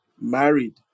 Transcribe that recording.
married